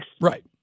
Right